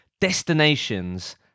destinations